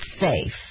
safe